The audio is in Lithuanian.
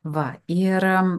va ir